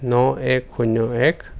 ন এক শূণ্য এক